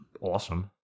awesome